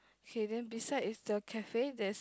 okay then beside the cafe there's